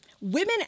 Women